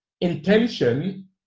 intention